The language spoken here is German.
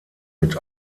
mit